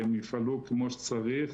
והם יפעלו כמו שצריך.